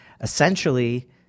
essentially –